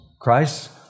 Christ